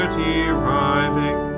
deriving